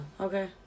Okay